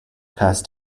past